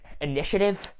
initiative